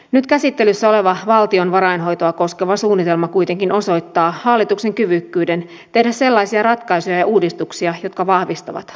nyt käsittelyssä oleva valtion varainhoitoa koskeva suunnitelma kuitenkin osoittaa hallituksen kyvykkyyden tehdä sellaisia ratkaisuja ja uudistuksia jotka vahvistavat luottamusta